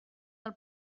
del